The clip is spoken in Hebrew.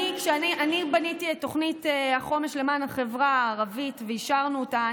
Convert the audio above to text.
כשאני בניתי את תוכנית החומש למען החברה הערבית ואישרנו אותה,